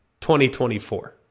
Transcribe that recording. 2024